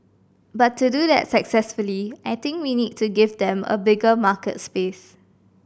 but to do that successfully I think we need to give them a bigger market space